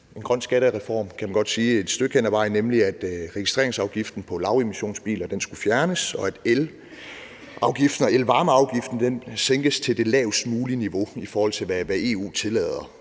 en grøn skattereform, kan man godt sige, et stykke hen ad vejen, nemlig ved at registreringsafgiften på lavemissionsbiler skulle fjernes og elafgiften og elvarmeafgiften sænkes til lavest mulige niveau, i forhold til hvad EU tillader.